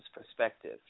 perspective